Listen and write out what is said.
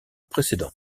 précédent